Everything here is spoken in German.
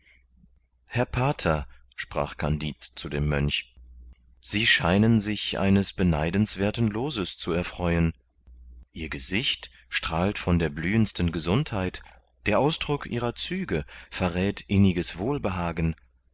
herr pater sprach kandid zum mönch sie scheinen eines beneidenswerthen looses zu erfreuen ihr gesicht strahlt von der blühendsten gesundheit der ausdruck ihrer züge verräth inniges wohlbehagen